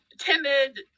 timid